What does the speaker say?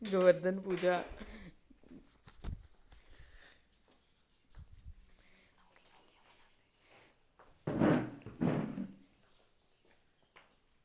Govardhan Puja